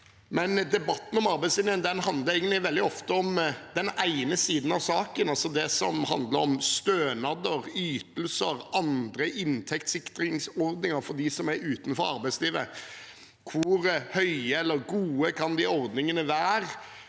om. Debatten om arbeidslinjen handler egentlig veldig ofte om den ene siden av saken, altså det som handler om stønader, ytelser, andre inntektssikringsordninger for dem som er utenfor arbeidslivet, hvor høye eller gode de ordningene kan